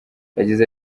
yagize